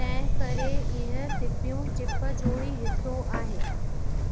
तंहिं करे इहे सीपियूं चिप जो ई हिसो आहे